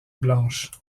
blanches